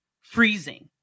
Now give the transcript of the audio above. freezing